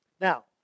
Now